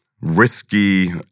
risky